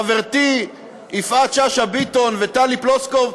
חברותי יפעת שאשא ביטון וטלי פלוסקוב,